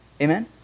amen